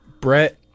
Brett